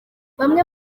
bamwe